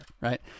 right